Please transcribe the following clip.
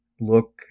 Look